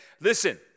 listen